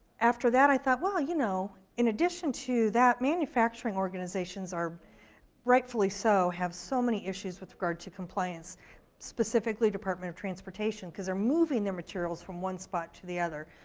after that i thought, well you know in addition to that manufacturing organizations are rightfully so, have so many issues with regards to compliance specifically department of transportation, because they're moving their materials from one spot to the other.